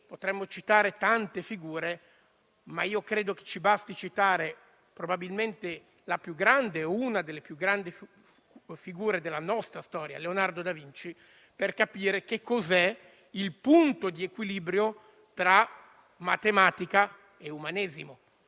Potremmo citare tante figure, ma credo ci basti probabilmente la più grande o una delle più grandi della nostra storia, Leonardo da Vinci, per capire cos'è il punto di equilibrio tra matematica e umanesimo.